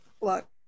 look